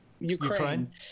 Ukraine